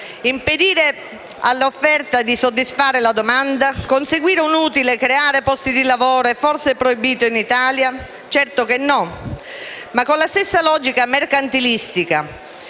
Impedire all'offerta di soddisfare la domanda? Conseguire un utile, creare posti di lavoro è forse proibito in Italia? Certo che no, ma con la stessa logica mercantilistica,